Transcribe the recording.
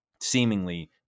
seemingly